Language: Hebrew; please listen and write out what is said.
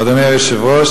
אדוני היושב-ראש,